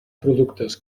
productes